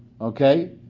Okay